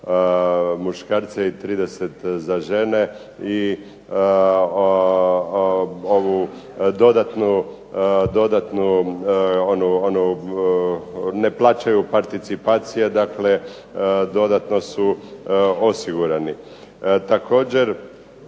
muškarce i 30 za žene i ovu dodatnu, ne plaćaju participacije dakle, dodatno su osigurani. Također